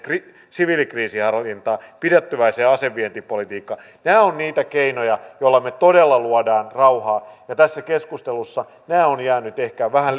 siviilikriisinhallintaan pidättyväiseen asevientipolitiikkaan nämä ovat niitä keinoja joilla me todella luomme rauhaa ja tässä keskustelussa nämä ovat jääneet ehkä vähän